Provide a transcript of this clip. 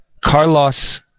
Carlos